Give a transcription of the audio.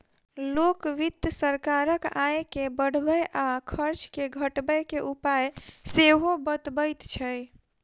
लोक वित्त सरकारक आय के बढ़बय आ खर्च के घटबय के उपाय सेहो बतबैत छै